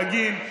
דגים,